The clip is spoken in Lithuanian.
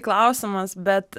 klausimas bet